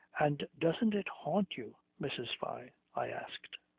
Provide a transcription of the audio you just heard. and doesn't it haunt you, mrs. fyne? i asked.